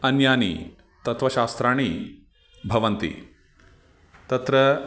अन्यानि तत्त्वशास्त्राणि भवन्ति तत्र